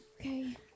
Okay